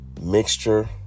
Mixture